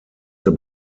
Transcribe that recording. der